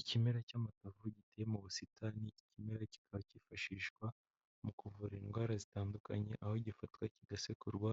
Ikimera cy'amutuku giteye mu busitani, ikimera kikaba cyifashishwa mu kuvura indwara zitandukanye aho gifatwa kigasekurwa